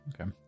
Okay